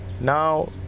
Now